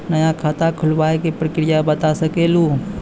नया खाता खुलवाए के प्रक्रिया बता सके लू?